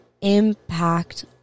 impact